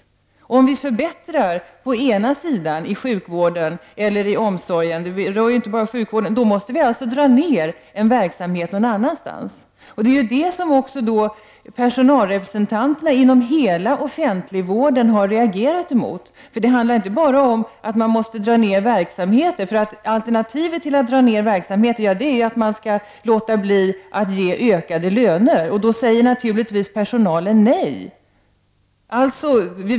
Om vi förbättrar på ett håll i sjukvården eller i omsorgen -- det gäller ju inte bara sjukvården -- då måste vi alltså dra ned på en verksamhet någon annanstans. Det är detta som personalrepresentanterna inom hela den offentliga vården har reagerat mot. Det handlar ju inte bara om att man måste dra ned verksamheter. Alternativet till att dra ned verksamhet är ju att man inte ger personalen ökade löner. Då säger personalen naturligtvis nej.